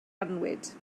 annwyd